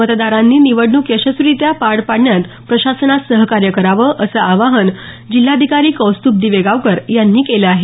मतदारांनी निवडणूक यशस्वीरित्या पार पाडण्यात प्रशासनास सहकार्य करावं असं आवाहन जिल्हाधिकारी कौस्तुभ दिवेगावकर यांनी केलं आहे